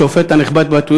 לשופט הנכבד,